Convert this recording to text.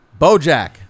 Bojack